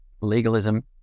Legalism